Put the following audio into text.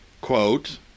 Quote